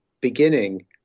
beginning